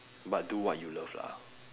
but do what you love lah